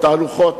תהלוכות,